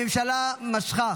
הממשלה משכה